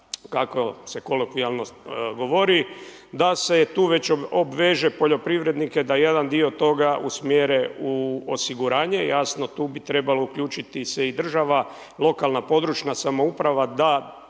kako se kolokvijalno govori, da se tu već obveže poljoprivrednike da jedan dio toga usmjere u osiguranje. Jasno tu bi trebalo uključiti se i država, lokalna, područna samouprava, da